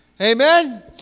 Amen